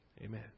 Amen